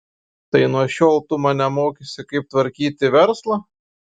tai nuo šiol tu mane mokysi kaip tvarkyti verslą